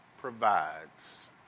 provides